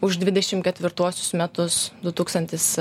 už dvidešim ketvirtuosius metus du tūkstantis